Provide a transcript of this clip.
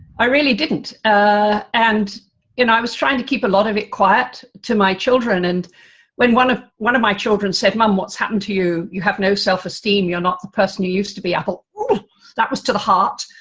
i really didn't ah and you know, i was trying to keep a lot of it quiet from my children and when one of one of my children said, mom what's happened to you, you have no self-esteem. you're not the person you used to be, at all that was to the heart,